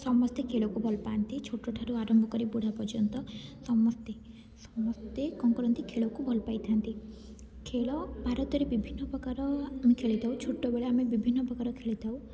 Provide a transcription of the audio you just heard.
ସମସ୍ତେ ଖେଳକୁ ଭଲପାଆନ୍ତି ଛୋଟ ଠାରୁ ଆରମ୍ଭ କରି ବୁଢ଼ା ପର୍ଯ୍ୟନ୍ତ ସମସ୍ତେ ସମସ୍ତେ କ'ଣ କରନ୍ତି ଖେଳକୁ ଭଲପାଇଥାନ୍ତି ଖେଳ ଭାରତରେ ବିଭିନ୍ନ ପ୍ରକାର ଆମେ ଖେଳିଥାଉ ଛୋଟବେଳେ ଆମେ ବିଭିନ୍ନ ପ୍ରକାର ଖେଳିଥାଉ